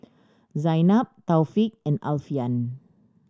Zaynab Taufik and Alfian